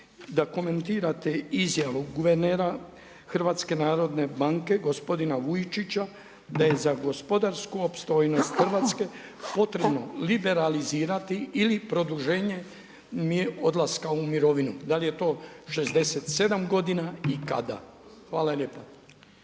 da komentirate izjavu guvernera HNB-a gospodina Vujčića, da je za gospodarsku opstojnost Hrvatske potrebno liberalizirati ili produženje odlaska u mirovinu, da li je to 67 godina i kada? Hvala lijepa.